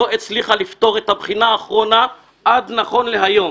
לא הצליחה לפתור את הבחינה האחרונה עד נכון להיום.